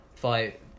Fight